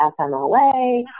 FMLA